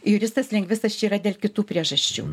juristas lingvistas čia yra dėl kitų priežasčių